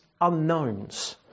unknowns